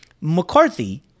McCarthy